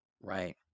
Right